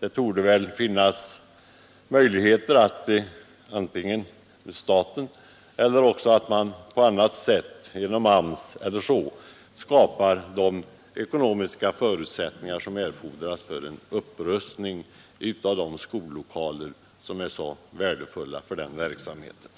Det torde finnas möjligheter för staten att genom AMS eller på annat sätt skapa de ekonomiska förutsättningar som erfordras för en upprustning av dessa skollokaler som är så lämpliga för den här verksamheten.